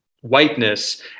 whiteness